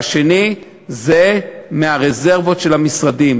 והשני זה מהרזרבות של המשרדים.